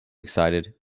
excited